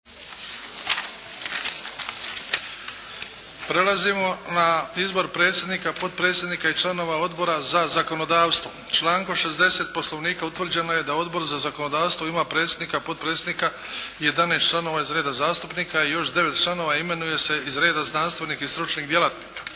9. Izbor predsjednika, potpredsjednika i članova Odbora za zakonodavstvo Člankom 60. poslovnika utvrđeno je da Odbor za zakonodavstvo ima predsjednika, potpredsjednika i jedanaest članova iz reda zastupnika i još devet članova imenuje se iz reda znanstvenih i stručnih djelatnika.